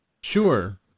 Sure